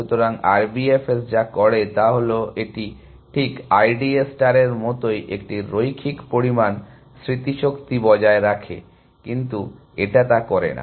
সুতরাং R B F S যা করে তা হল এটি ঠিক I D A স্টারের মতোই একটি রৈখিক পরিমাণ স্মৃতিশক্তি বজায় রাখে কিন্তু এটা তা করে না